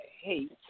hate